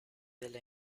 delle